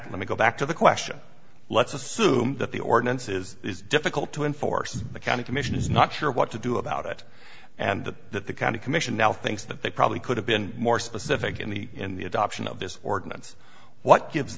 back let me go back to the question let's assume that the ordinance is difficult to enforce the county commission is not sure what to do about it and that the county commission now thinks that they probably could have been more specific in the in the adoption of this ordinance what gives